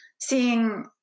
seeing